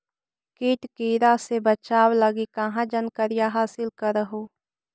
किट किड़ा से बचाब लगी कहा जानकारीया हासिल कर हू?